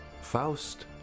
Faust